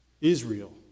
Israel